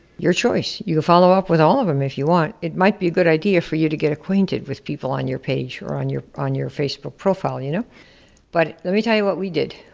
your choice, you can follow up with all of them if you want. if might be a good idea for you to get acquainted with people on your page or on your on your facebook profile, you know but let me tell you what we did,